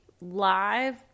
live